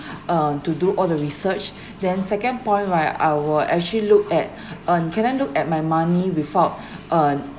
uh to do all the research then second point right I will actually look at uh can I look at my money without uh